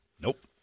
Nope